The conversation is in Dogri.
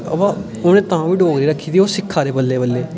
अवा उ'नें तां बी डोगरी रक्खी दी ओह् सिक्खै दे बल्लें बल्लें